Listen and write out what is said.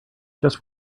just